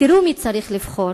תראו מי צריך לבחור: